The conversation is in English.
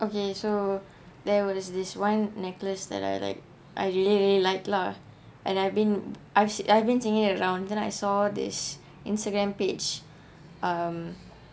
okay so there was this one necklace that I like I really really liked lah and I've been I've see I've been seeing it around then I saw this instagram page um